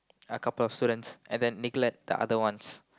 a couple of students and then neglect the other ones